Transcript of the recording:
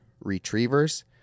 Retrievers